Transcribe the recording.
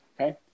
Okay